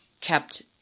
kept